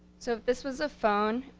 so this was a phone,